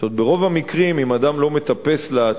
זאת אומרת, ברוב המקרים, אם אדם לא מטפס לתקרה,